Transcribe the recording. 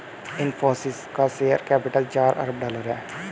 इनफ़ोसिस का share capital चार अरब डॉलर है